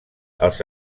els